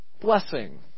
blessing